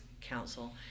council